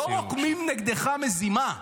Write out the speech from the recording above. לא רוקמים נגדך מזימה.